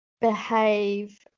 behave